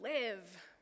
live